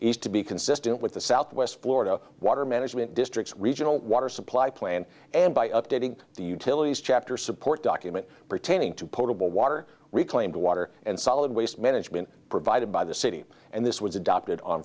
is to be consistent with the southwest florida water management districts regional water supply plan and by updating the utilities chapter support documents pertaining to potable water reclaimed water and solid waste management provided by the city and this was adopted on